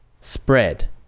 spread